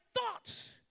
thoughts